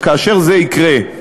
וכאשר זה יקרה,